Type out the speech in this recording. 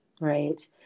right